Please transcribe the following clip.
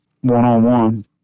one-on-one